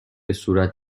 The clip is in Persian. صورت